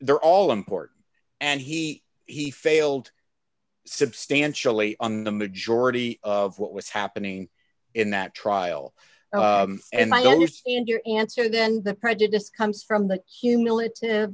they're all import and he he failed substantially on the majority of what was happening in that trial and i understand your answer then the prejudice comes from the hum